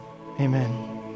Amen